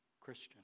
Christian